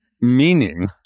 meaning